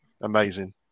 Amazing